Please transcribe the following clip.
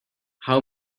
how